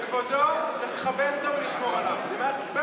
חבר הכנסת מנסור עבאס?